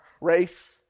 race